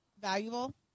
valuable